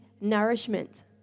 nourishment